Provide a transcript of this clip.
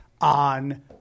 on